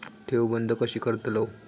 ठेव बंद कशी करतलव?